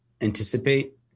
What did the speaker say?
anticipate